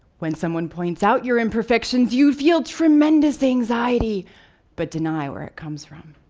when someone points out your imperfections, you feel tremendous anxiety but deny where it comes from.